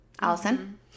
Allison